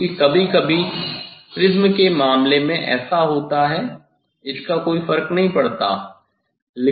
क्योंकि कभी कभी प्रिज्म के मामले में ऐसा होता है इसका कोई फर्क नहीं पड़ता है